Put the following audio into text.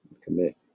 Commit